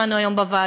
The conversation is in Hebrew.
שמענו היום בוועדה,